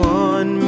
one